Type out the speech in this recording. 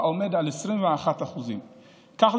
העומד על 21%. כך,